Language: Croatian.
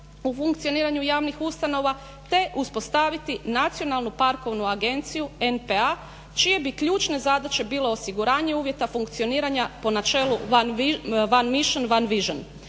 u funkcioniranju javnih ustanova te uspostaviti Nacionalnu parkovnu agenciju NPA čije bi ključne zadaće bile osiguranje uvjeta funkcioniranja po načelu "one mission, one vision".